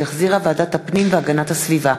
שהחזירה ועדת הפנים והגנת הסביבה.